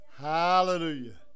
Hallelujah